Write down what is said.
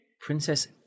Princess